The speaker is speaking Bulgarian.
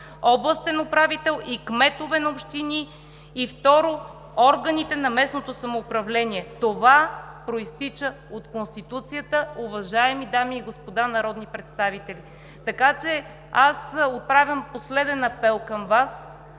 областен управител и кметове на общини и, второ, органите на местно самоуправление. Това произтича от Конституцията, уважаеми дами и господа народни представители, така че аз отправям последен апел към Вас